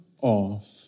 off